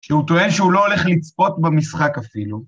‫שהוא טוען שהוא לא הולך ‫לצפות במשחק אפילו.